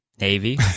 Navy